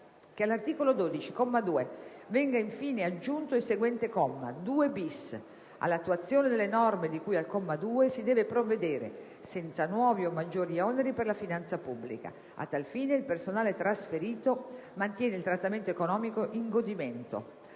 che all'articolo 12, comma 2, venga in fine aggiunto il seguente comma: «2-*bis.* All'attuazione delle norme di cui al comma 2, si deve provvedere, senza nuovi o maggiori oneri per la finanza pubblica. A tal fine, il personale trasferito mantiene il trattamento economico in godimento»;